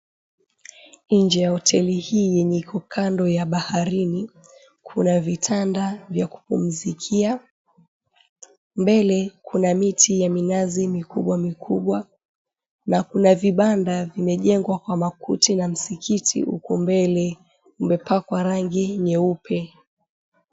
Nje ya hoteli hii yenye iko kando ya baharini, kuna vitanda vya kupumzikia. Mbele kuna miti ya minazi mikubwa mikubwa. Na kuna vibanda vimejengwa kwa makuti na msikiti uko mbele, umepakwa rangi nyeupe.